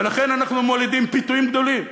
ולכן אנחנו מולידים פיתויים גדולים,